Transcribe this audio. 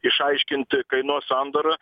išaiškinti kainos sandarą